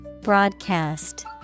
Broadcast